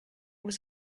was